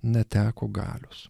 neteko galios